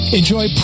enjoy